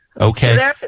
Okay